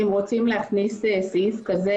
אם רוצים להכניס סעיף כזה,